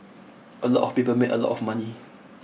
a lot of people made a lot of money